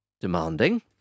demanding